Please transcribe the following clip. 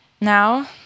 now